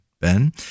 Ben